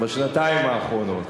בשנתיים האחרונות.